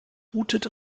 bootet